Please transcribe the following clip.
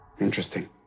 Interesting